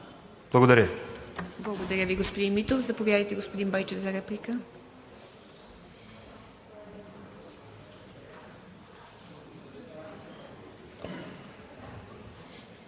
Благодаря Ви, господин Митов. Заповядайте, господин Байчев – за реплика.